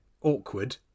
awkward